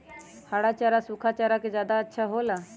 हरा चारा सूखा चारा से का ज्यादा अच्छा हो ला?